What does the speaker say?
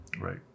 Right